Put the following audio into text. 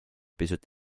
pisut